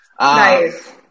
Nice